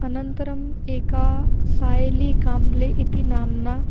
अनन्तरम् एका साय्ली काम्ब्ले इति नाम्ना